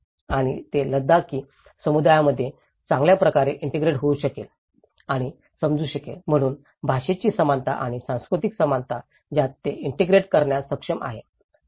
आणि ते लडाखी समुदायामध्ये चांगल्या प्रकारे ईंटेग्रेट होऊ शकले आणि समजू शकले म्हणून भाषेची समानता आणि संस्कृतीत समानता ज्यात ते ईंटेग्रेट करण्यास सक्षम होते